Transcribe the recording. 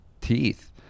teeth